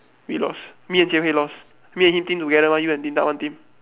we lost me and Jian-Hui lost me and him team together one you and Din-Tat one team